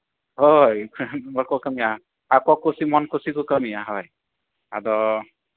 ᱦᱳᱭ ᱵᱟᱠᱚ ᱠᱟᱹᱢᱤᱭᱟ ᱟᱠᱚ ᱠᱩᱥᱤ ᱢᱚᱱ ᱠᱩᱥᱤ ᱠᱚ ᱠᱟᱹᱢᱤᱭᱟ ᱦᱳᱭ ᱟᱫᱚ